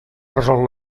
resol